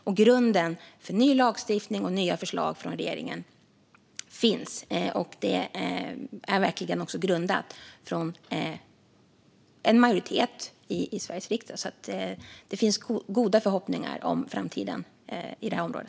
En grund för ny lagstiftning och nya förslag från regeringen finns som stöds av en majoritet i riksdagen. Det finns alltså gott hopp om framtiden på detta område.